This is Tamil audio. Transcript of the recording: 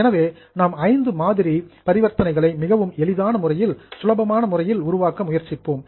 எனவே நாம் ஐந்து மாதிரி டிரன்சாக்சன்ஸ் பரிவர்த்தனைகளை மிகவும் எளிதான முறையில் சுலபமான முறையில் உருவாக்க முயற்சிப்போம்